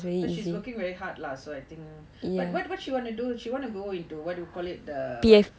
but she's working very hard lah so I think but what what she want to do what she want to go into what you call it the what